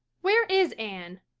where is anne?